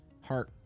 heart